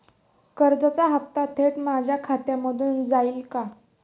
कर्जाचा हप्ता थेट माझ्या खात्यामधून जाईल का?